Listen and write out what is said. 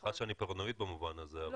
סליחה שאני פרנואיד במובן הזה,